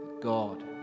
God